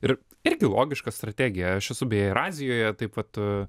ir irgi logiška strategija aš esu beje ir azijoje taip vat